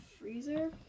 freezer